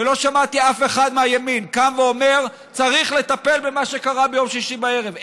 ולא שמעתי אף אחד מהימין קם ואומר: צריך לטפל במה שקרה ביום שישי בערב,